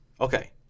Okay